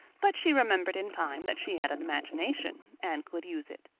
but she remembered in time that she had an imagination and could use it.